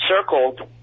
circled